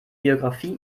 biografie